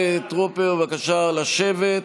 וחברי הכנסת, נא לשבת.